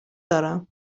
دارم